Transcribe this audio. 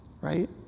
Right